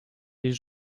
les